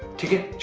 to